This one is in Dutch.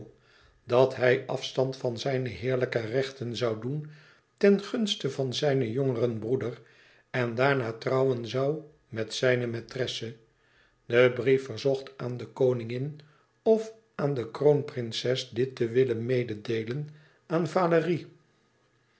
dat hij afstand van zijne heerlijke rechten zoû doen ten gunste van zijn jongeren broeder en daarna trouwen zoû met zijne maitresse de brief verzocht aan de koningin of aan de kroonprinses dit te willen meêdeelen aan valérie